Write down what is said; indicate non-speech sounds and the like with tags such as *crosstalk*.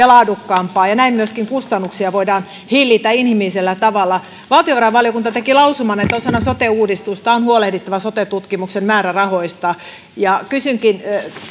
*unintelligible* laadukkaampaa ja näin myöskin kustannuksia voidaan hillitä inhimillisellä tavalla valtiovarainvaliokunta teki lausuman että osana sote uudistusta on huolehdittava sote tutkimuksen määrärahoista ja kysynkin